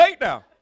Now